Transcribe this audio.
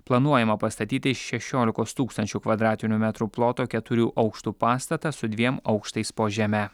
planuojama pastatyti šešiolikos tūkstančių kvadratinių metrų ploto keturių aukštų pastatą su dviem aukštais po žeme